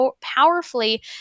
powerfully